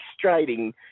frustrating